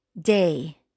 day